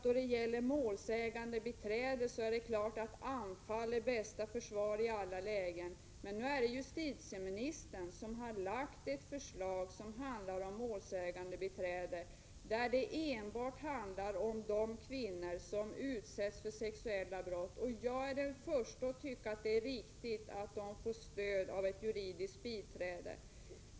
Då det gäller målsägandebiträde är det klart att anfall är bästa försvar i alla lägen. Det är justitieministern som framlagt ett förslag rörande målsägandebiträde som enbart handlar om de kvinnor som utsätts för sexuella brott. Jag är den första att tycka att det är riktigt att dessa kvinnor får stöd av ett juridiskt biträde.